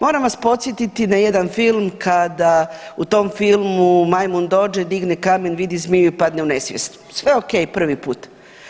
Moram vas podsjetiti na jedan film kada u tom filmu majmun dođe, digne kamen vidi zmiju i padne u nesvijest, sve ok prvi put.